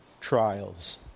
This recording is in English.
trials